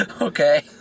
Okay